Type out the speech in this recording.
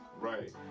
Right